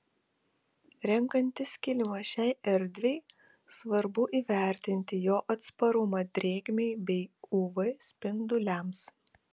renkantis kilimą šiai erdvei svarbu įvertinti jo atsparumą drėgmei bei uv spinduliams